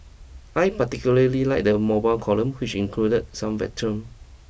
I particularly liked the mobile column which included some veterans